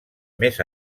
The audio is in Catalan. més